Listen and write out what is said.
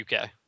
UK